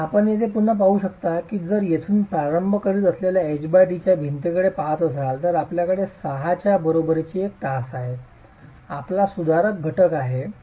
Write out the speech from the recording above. आणि आपण येथे पुन्हा पाहू शकता की जर आपण येथून प्रारंभ करीत असलेल्या h t च्या भिंतीकडे पहात असाल तर आपल्याकडे 6 च्या बरोबरीची एक तास आहे आपला सुधारण घटक एक आहे